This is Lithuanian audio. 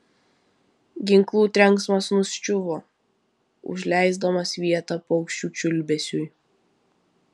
ginklų trenksmas nuščiuvo užleisdamas vietą paukščių čiulbesiui